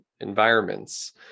environments